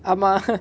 ஆமா:aama